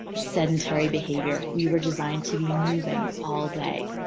sedentary behavior, we were designed to be moving all day.